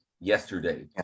yesterday